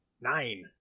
Nine